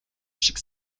шиг